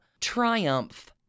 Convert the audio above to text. triumph